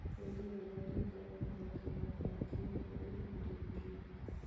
पूंजी बाजार दू तरह के होत हवे प्राथमिक अउरी द्वितीयक